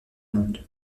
monde